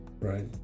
Right